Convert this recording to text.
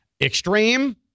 extreme